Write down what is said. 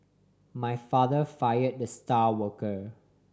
my father fire the star worker